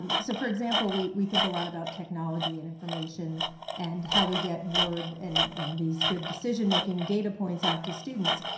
um so, for example, we we think a lot about technology and information and how we get word and and these good, decision making data points out to students.